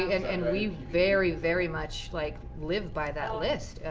and and we very, very much like, live by that list.